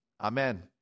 Amen